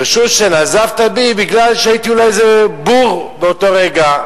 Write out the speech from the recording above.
פירשו שנזפת בי בגלל שהייתי אולי איזה בור באותו רגע,